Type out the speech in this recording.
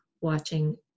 watching